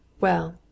Well